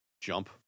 Jump